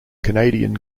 canadian